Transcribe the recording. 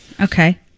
Okay